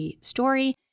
Story